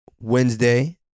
Wednesday